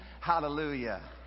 hallelujah